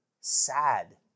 sad